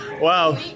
Wow